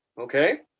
Okay